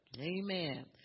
Amen